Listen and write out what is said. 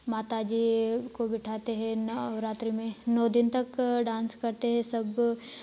माता जी को बिठाते हैं नवरात्र में नौ दिन तक डांस करते हैं सब